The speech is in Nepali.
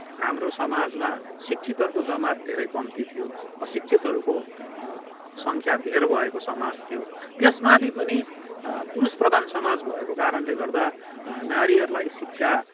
हाम्रो समाजमा शिक्षितहरूको जमात धेरै कम्ती थियो अशिक्षितहरूको सङ्ख्या धेर भएको समाज थियो त्यसमाथि पनि पुरुषप्रधान समाज भएको कारणले गर्दा नारीहरूलाई शिक्षा